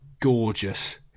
gorgeous